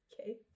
Okay